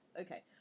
Okay